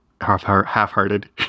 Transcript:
half-hearted